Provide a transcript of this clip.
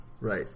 Right